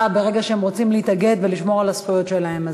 ברגע שהם רוצים להתאגד ולשמור על הזכויות שלהם.